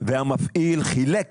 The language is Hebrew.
והמפעיל חילק